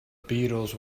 beatles